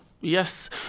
yes